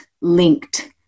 linked